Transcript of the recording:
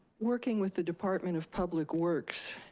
working with the department of public works.